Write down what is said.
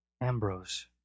Ambrose